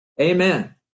Amen